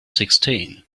sixteen